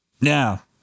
Now